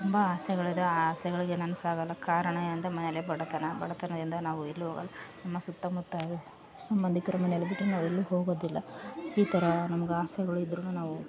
ತುಂಬ ಆಸೆಗಳಿದಾವೆ ಆ ಆಸೆಗಳಿಗೆ ನನ್ಸಾಗೋಲ್ಲ ಕಾರಣ ಏನಂದರೆ ಮನೆಯಲ್ಲಿ ಬಡತನ ಬಡತನದಿಂದ ನಾವು ಎಲ್ಲು ಹೋಗಲ್ಲ ನಮ್ಮ ಸುತ್ತಮುತ್ತ ಇರೊ ಸಂಬಂಧಿಕ್ರ್ ಮನೇಲಿ ಬಿಟ್ಟರೆ ನಾವು ಎಲ್ಲು ಹೋಗೋದಿಲ್ಲಾ ಈ ಥರ ನಮ್ಗೆ ಆಸೆಗಳಿದ್ರೂ ನಾವು